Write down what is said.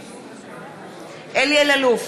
נגד אלי אלאלוף,